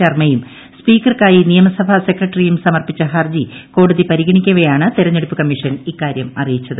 ശർമയും സ്പ്രീക്കർക്കായി നിയമസഭാ സെക്രട്ടറിയും സമർപ്പിച്ച ഏർജ്ജ് കോടതി പരിഗണിക്കവെയാണ് തെരഞ്ഞെടുപ്പു ക്രമ്മിഷൻ ഇക്കാര്യം അറിയിച്ചത്